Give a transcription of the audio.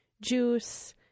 juice